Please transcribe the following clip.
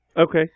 Okay